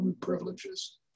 privileges